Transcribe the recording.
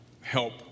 help